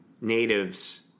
natives